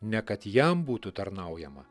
ne kad jam būtų tarnaujama